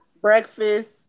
Breakfast